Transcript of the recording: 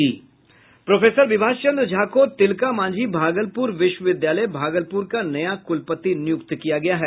professor Vibhash Chandra Jha को तिलका मांझी भागलपुर विश्वविद्यालय भागलपुर का नया कुलपति नियुक्त किया गया है